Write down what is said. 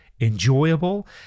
enjoyable